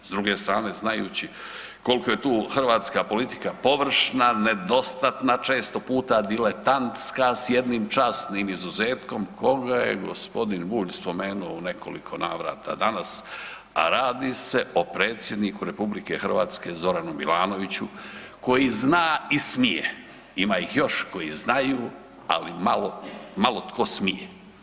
S druge strane znajući koliko je tu hrvatska politika površna, nedostatna, često puta diletantska s jednim časnim izuzetkom koga je gospodin Bulj spomenuo u nekoliko navrata danas a radi se o predsjedniku Republike Hrvatske Zoranu Milanoviću koji zna i smije, ima ih još koji znaju ali malo tko smije.